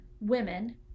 women